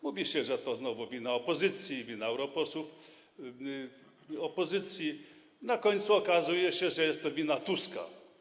Mówi się, że to znowu wina opozycji, wina europosłów opozycji, na końcu okazuje się, że jest to wina Tuska.